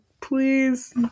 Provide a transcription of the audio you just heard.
please